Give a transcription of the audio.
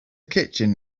kitchen